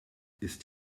ist